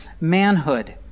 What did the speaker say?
manhood